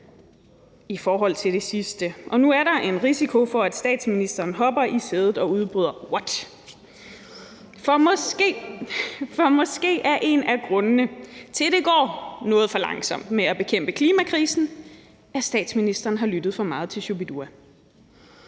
i forhold til det sidste. Og nu er der en risiko for, at statsministeren hopper i sædet og udbryder: What! For måske er en af grundene til, at det går noget for langsomt med at bekæmpe klimakrisen, at statsministeren har lyttet for meget til Shu-bi-dua